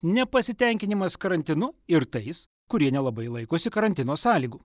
nepasitenkinimas karantinu ir tais kurie nelabai laikosi karantino sąlygų